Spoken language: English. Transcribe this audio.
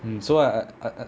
mm so I I I